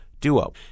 duo